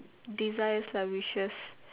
desires lah wishes